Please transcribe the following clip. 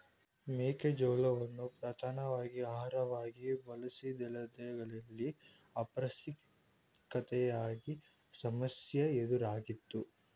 ಮೆಕ್ಕೆ ಜೋಳವನ್ನು ಪ್ರಧಾನ ಆಹಾರವಾಗಿ ಬಳಸಿದೆಡೆಗಳಲ್ಲಿ ಅಪೌಷ್ಟಿಕತೆಯ ಸಮಸ್ಯೆ ಎದುರಾಯ್ತು